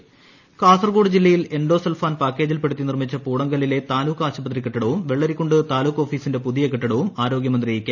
K K Shailaja Kasaragod ജില്ലയിൽ endosulfan പാക്കേജിൽപ്പെടുത്തി നിർമ്മിച്ച പൂടംകല്ലിലെ താലൂക്ക് ആശുപത്രി കെട്ടിടവും വെള്ളരിക്കുണ്ട് താലൂക്ക് ഓഫീസിന്റെ പുതിയ കെട്ടിടവും ആരോഗ്യമന്ത്രി കെ